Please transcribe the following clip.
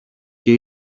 και